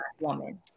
woman